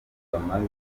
bamaze